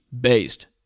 Based